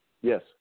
Yes